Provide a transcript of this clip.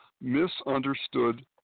misunderstood